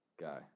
guy